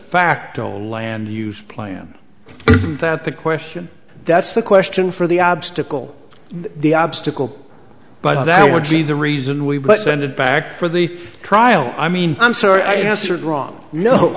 facto land use plan that the question that's the question for the obstacle the obstacle but that would be the reason we but send it back for the trial i mean i'm sorry i hazard wrong no